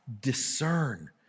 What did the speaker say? discern